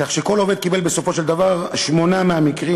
כך שכל עובד קיבל בסופו של דבר שמונה מהמקרים,